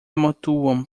amontoam